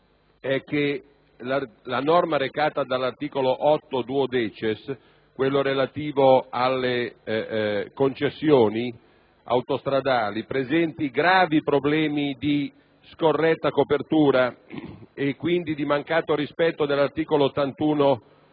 la norma recata dall'articolo 8-*duodecies,* relativo alle concessioni autostradali, presenti gravi problemi di scorretta copertura e quindi di mancato rispetto dell'articolo 81